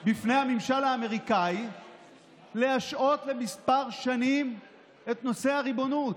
בפני הממשל האמריקאי להשעות לכמה שנים את נושא הריבונות.